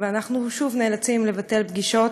ואנחנו שוב נאלצים לבטל פגישות